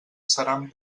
seran